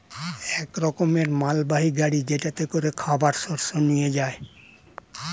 এক রকমের মালবাহী গাড়ি যেটাতে করে খাবার শস্য নিয়ে যায়